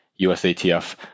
USATF